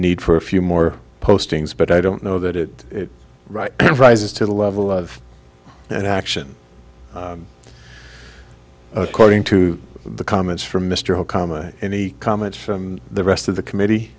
need for a few more postings but i don't know that it right rises to the level of an action according to the comments from mr okama any comments from the rest of the committee